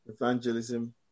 evangelism